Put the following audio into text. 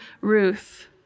Ruth